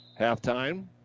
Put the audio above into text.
halftime